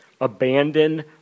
abandon